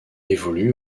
évolue